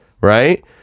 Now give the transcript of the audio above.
Right